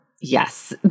Yes